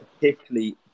particularly